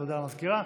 תודה, המזכירה.